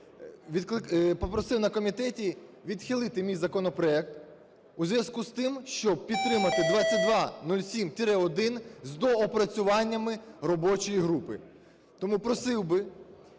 попросив на комітеті відхилити мій законопроект у зв'язку з тим, щоб підтримати 2207-1 з доопрацюваннями робочої групи. Тому просив би